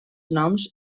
noms